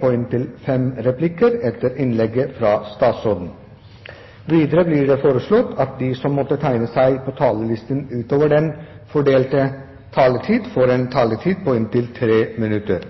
på inntil fem replikker etter innlegget fra statsråden innenfor den fordelte taletid. Videre blir det foreslått at de som måtte tegne seg på talerlisten utover den fordelte taletid, får en taletid på inntil 3 minutter.